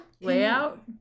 Layout